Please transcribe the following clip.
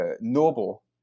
noble